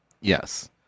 Yes